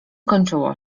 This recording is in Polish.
kończyło